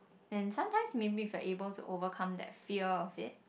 and sometimes maybe if we're able to overcome that fear of it